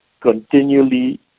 continually